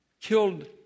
killed